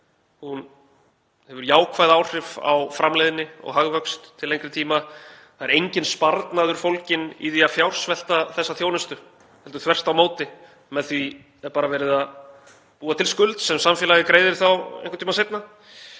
Hún hefur jákvæð áhrif á framleiðni og hagvöxt til lengri tíma. Það er enginn sparnaður fólginn í því að fjársvelta þessa þjónustu heldur þvert á móti, með því er bara verið að búa til skuld sem samfélagið greiðir þá einhvern tíma seinna.